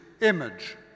image